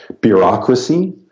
bureaucracy